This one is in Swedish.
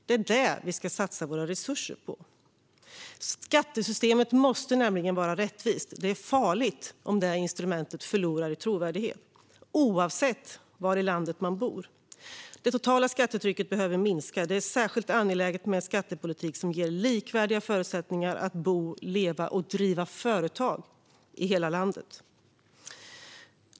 Det är detta vi ska satsa våra resurser på. Skattesystemet måste nämligen vara rättvist oavsett var i landet man bor; det är farligt om detta instrument förlorar i trovärdighet. Det totala skattetrycket behöver minska. Det är särskilt angeläget med en skattepolitik som ger likvärdiga förutsättningar att bo, leva och driva företag i hela landet.